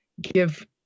give